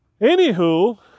Anywho